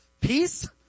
peace